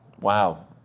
Wow